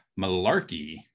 MALARKEY